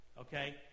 Okay